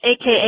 aka